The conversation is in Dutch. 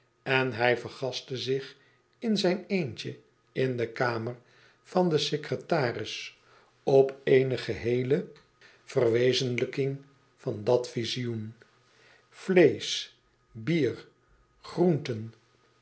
en hij vergastte zich in zijn eene in de kamer van den secretaris op eene geheele verwezenlijking van dat visioen vleesch bier groenten